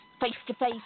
face-to-face